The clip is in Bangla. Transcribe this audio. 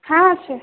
হ্যাঁ আছে